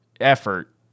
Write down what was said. effort